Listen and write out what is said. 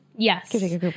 Yes